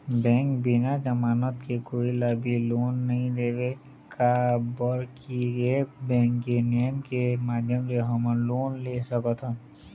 Bank बिना जमानत के कोई ला भी लोन नहीं देवे का बर की ऐप बैंक के नेम के माध्यम से हमन लोन ले सकथन?